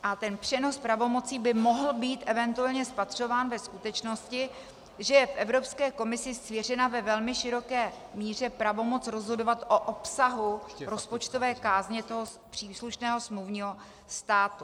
A ten přenos pravomocí by mohl být eventuálně spatřován ve skutečnosti, že je Evropské komisi svěřena ve velmi široké míře pravomoc rozhodovat o obsahu rozpočtové kázně toho příslušného smluvního státu.